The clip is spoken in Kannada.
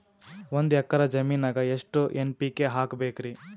ಒಂದ್ ಎಕ್ಕರ ಜಮೀನಗ ಎಷ್ಟು ಎನ್.ಪಿ.ಕೆ ಹಾಕಬೇಕರಿ?